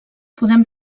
podem